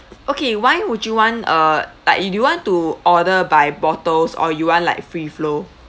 okay wine would you want uh like you do you want to order by bottles or you want like free flow